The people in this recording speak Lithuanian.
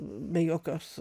be jokios